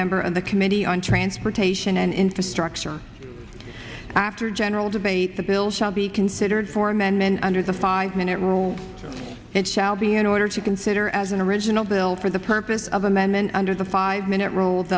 member of the committee on transportation and infrastructure after general debate the bill shall be considered for amendment under the five minute rule it shall be in order to consider as an original bill for the purpose of amendment under the five minute rule